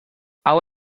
hau